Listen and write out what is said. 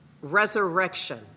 resurrection